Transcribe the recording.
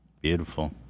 Beautiful